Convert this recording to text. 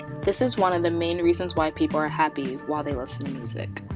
this is one of the main reasons why people are happy while they listen to music.